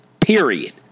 Period